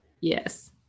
Yes